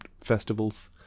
festivals